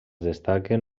destaquen